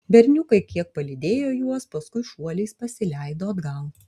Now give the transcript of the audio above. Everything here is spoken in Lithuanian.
berniukai kiek palydėjo juos paskui šuoliais pasileido atgal